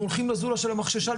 הם הולכים לזולה של המחששה...